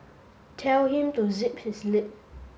tell him to zip his lip